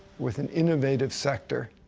with an innovative sector,